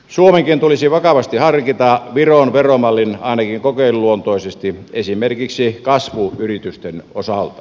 suomenkin tulisi vakavasti harkita viron veromallia ainakin kokeiluluontoisesti esimerkiksi kasvuyritysten osalta